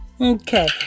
Okay